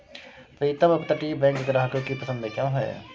प्रीतम अपतटीय बैंक ग्राहकों की पसंद क्यों है?